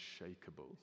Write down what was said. unshakable